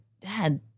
Dad